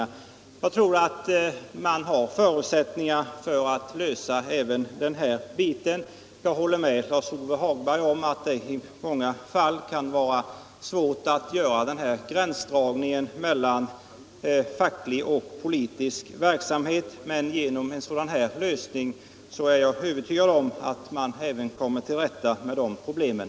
Jag tror att det finns förutsättningar för att lösa även den här biten. Jag håller med Lars-Ove Hagberg om att det i många fall kan vara svårt att göra gränsdragning mellan facklig och politisk verksamhet, men genom en sådan här lösning är jag över tygad om att man kommer till rätta med de problemen.